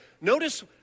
Notice